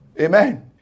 Amen